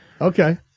Okay